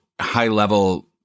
high-level